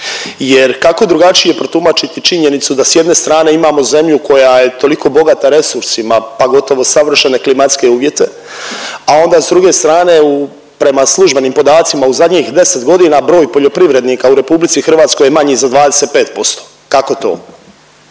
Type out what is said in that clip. Jer kako drugačije protumačiti činjenicu da s jedne strane imamo zemlju koja je toliko bogata resursima, pa gotovo savršene klimatske uvjete, a onda s druge strane prema službenim podacima u zadnjih deset godina broj poljoprivrednika u Republici Hrvatskoj je manji za 25%. Kako to?